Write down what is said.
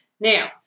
now